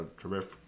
terrific